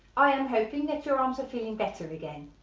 i am hoping that your arms are feeling better again,